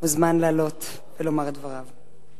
מוזמן לעלות ולומר את דבריו.